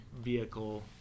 vehicle